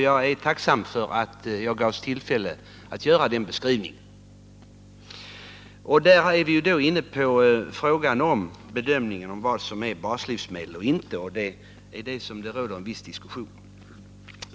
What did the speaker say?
Jag är tacksam för att jag gavs tillfälle att göra denna beskrivning. Vi är då inne på frågan om bedömningen av vad som är baslivsmedel. Det är föremål för en viss diskussion.